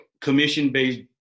commission-based